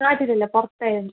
നാട്ടിൽ ഇല്ല പുറത്ത് ആയിരുന്നു